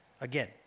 Again